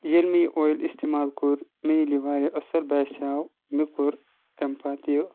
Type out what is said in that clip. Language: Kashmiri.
ییٚلہِ مےٚ یہِ اۄیل اِستعمال کوٚر مےٚ ییٚلہِ یہِ واریاہ اَصل باسیو مےٚ کوٚر امہ پَتہ یہِ